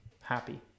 happy